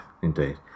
Indeed